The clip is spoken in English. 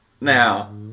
Now